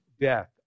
death